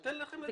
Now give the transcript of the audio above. אתן לכם לדבר.